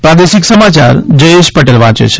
પ્રાદેશિક સમાચાર જયેશ પટેલ વાંચે છે